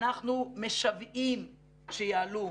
אנחנו משוועים שיעלו.